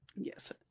Yes